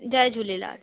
Jay Jhulelal